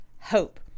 hope